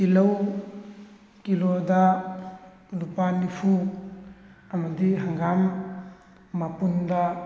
ꯇꯤꯜꯍꯧ ꯀꯤꯜꯂꯣꯗ ꯂꯨꯄꯥ ꯅꯤꯐꯨ ꯑꯃꯗꯤ ꯍꯪꯒꯥꯝ ꯃꯄꯨꯟꯗ